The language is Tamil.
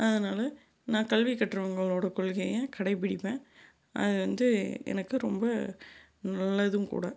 அதனால் நான் கல்வி கற்றவங்களோட கொள்கையை கடைப்பிடிப்பேன் அது வந்து எனக்கு ரொம்ப நல்லதும் கூட